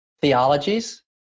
theologies